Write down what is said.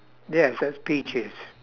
yes that's peaches